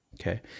okay